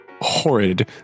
horrid